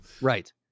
Right